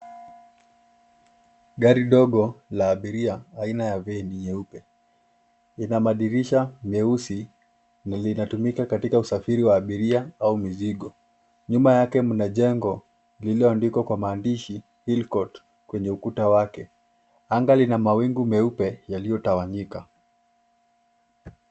Gari dogo la abiria aina ya Van nyeupe. Ina madirisha meusi linalotumika katika usafiri wa abiria au mizigo, nyuma yake muna mjengo ilioandikwa kwa maandishi Hillcord kwenye ukuta wake. Anga lina mawingu meupe yalio tawanyika.